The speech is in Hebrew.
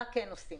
מה כן עושים?